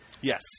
Yes